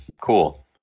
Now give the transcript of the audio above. Cool